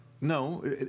no